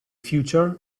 feature